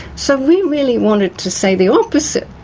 so we really wanted to say the opposite,